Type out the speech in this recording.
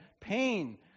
pain